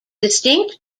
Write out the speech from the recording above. distinct